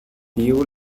fuel